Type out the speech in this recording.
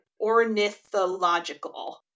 Ornithological